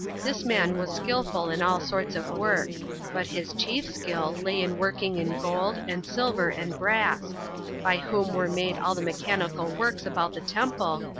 this man was skillful in all sorts of work but his chief skill lay in working in gold, and silver, and brass by whom were made all the mechanical works about the temple,